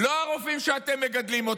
לא הרופאים שאתם מגדלים,